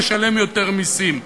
אדם משלם יותר מסים.